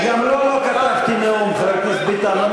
אני גם לא כתבתי נאום, חבר הכנסת ביטן.